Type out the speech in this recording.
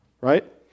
right